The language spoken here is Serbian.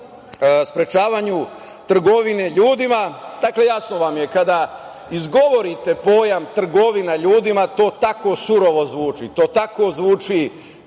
sprečavanju trgovine ljudima, jasno vam je, kada izgovorite pojam – trgovina ljudima, to tako surovo zvuči, to zvuči